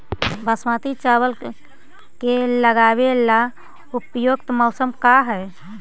बासमती चावल के लगावे ला उपयुक्त मौसम का है?